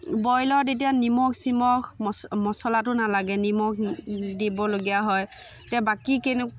বইলত এতিয়া নিমখ চিমখ মচ মচলাতো নালাগে নিমখ দিবলগীয়া হয় এতিয়া বাকী কেনে